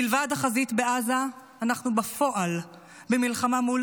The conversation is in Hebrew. מלבד החזית בעזה אנחנו בפועל במלחמה מול